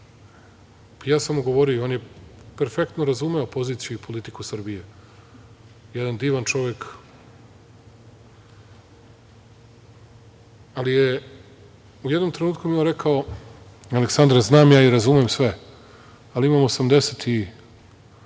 Ja sam mu govorio i on je perfektno razumeo poziciju i politiku Srbije. Jedan divan čovek, ali mi je u jednom trenutku rekao – Aleksandre, znam ja i razumem sve ali, imam 87 ili